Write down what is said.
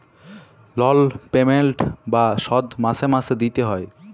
লল পেমেল্ট বা শধ মাসে মাসে দিইতে হ্যয়